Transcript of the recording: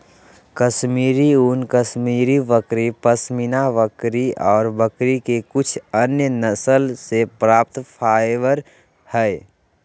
कश्मीरी ऊन, कश्मीरी बकरी, पश्मीना बकरी ऑर बकरी के कुछ अन्य नस्ल से प्राप्त फाइबर हई